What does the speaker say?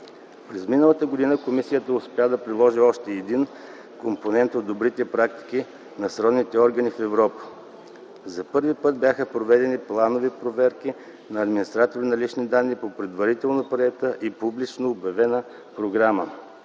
През миналата година комисията успя да приложи още един компонент от добрите практики на сродните органи в Европа. За първи път бяха проведени планови проверки на администратор на лични данни по предварително приета и публично обявена програма.